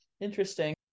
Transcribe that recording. Interesting